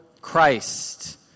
Christ